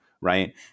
Right